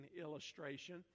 illustration